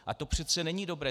A to přece není dobré.